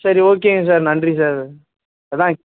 சரி ஓகேங்க சார் நன்றி சார்